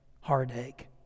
heartache